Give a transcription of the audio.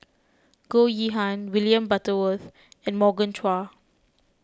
Goh Yihan William Butterworth and Morgan Chua